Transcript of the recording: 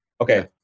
Okay